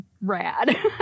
rad